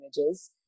images